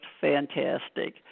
fantastic